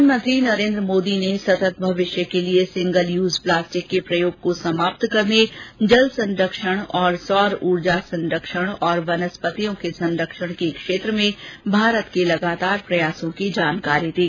प्रधानमंत्री नरेंद्र मोदी ने सतत भविष्य के लिए सिंगल यूज प्लास्टिक के प्रयोग को समाप्त करने जल संरक्षण सौर ऊर्जा संरक्षण और वनस्पतियों के संरक्षण के क्षेत्र में भारत के लगातार प्रयासों की जानकारी दी